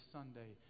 Sunday